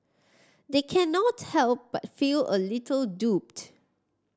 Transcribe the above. they cannot help but feel a little duped